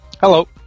Hello